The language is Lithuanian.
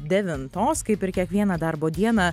devintos kaip ir kiekvieną darbo dieną